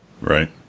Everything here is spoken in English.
Right